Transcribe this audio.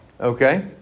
okay